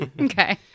Okay